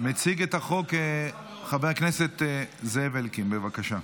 מציג את החוק חבר הכנסת זאב אלקין, בבקשה.